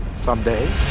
someday